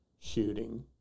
shooting